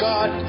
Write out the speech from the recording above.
God